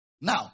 Now